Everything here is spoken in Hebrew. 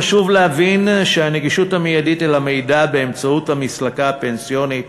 חשוב להבין שהנגישות המיידית של המידע באמצעות המסלקה הפנסיונית